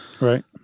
Right